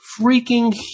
freaking